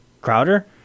Crowder